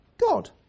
God